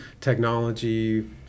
technology